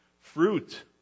fruit